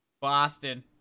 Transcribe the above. Boston